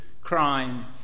crime